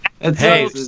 Hey